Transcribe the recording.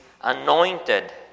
anointed